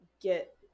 get